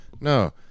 No